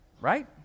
right